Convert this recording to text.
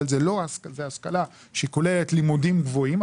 זו השכלה שכוללת לימודים גבוהים,